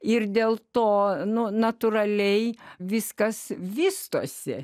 ir dėl to natūraliai viskas vystosi